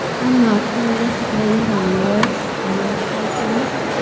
i'm ah i'm melissa elliot. i'm a nurse on the psych unit.